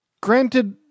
granted